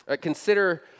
Consider